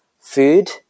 food